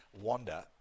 wander